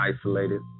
Isolated